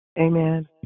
Amen